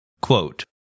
quote